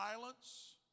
violence